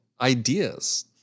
ideas